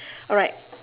alright